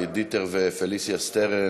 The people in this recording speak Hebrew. דיטר ופליסיה שטרן